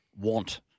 want